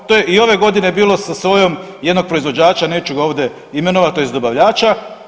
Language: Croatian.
To je i ove godine bilo sa sojom jednog proizvođača, neću ga ovdje imenovati, tj. dobavljača.